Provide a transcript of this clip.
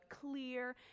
clear